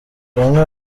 bamwe